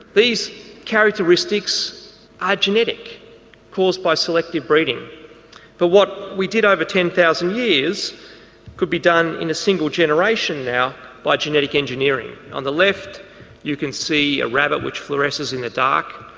these characteristics are genetic caused by selective breeding but what we did over ten thousand years could be done in a single generation now by genetic engineering. on the left you can see a rabbit which fluoresces in the dark,